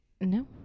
No